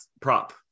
prop